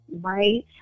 right